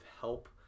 help